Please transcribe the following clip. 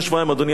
אדוני השר,